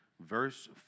verse